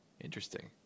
Interesting